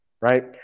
Right